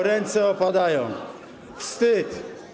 Ręce opadają, wstyd.